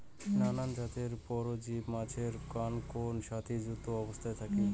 নানান জাতের পরজীব মাছের কানকোর সাথি যুত অবস্থাত থাকি